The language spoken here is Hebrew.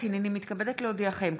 הינני מתכבדת להודיעכם,